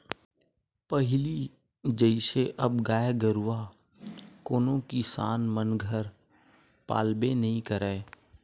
पहिली जइसे अब गाय गरुवा कोनो किसान मन घर पालबे नइ करय